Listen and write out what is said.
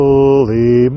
Holy